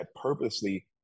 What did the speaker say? purposely